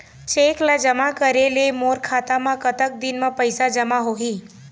Cheque ला जमा करे ले मोर खाता मा कतक दिन मा पैसा जमा होही?